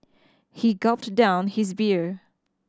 he gulped down his beer